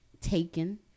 taken